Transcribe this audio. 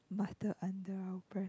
mutter under our breath